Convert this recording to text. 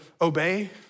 obey